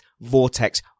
vortex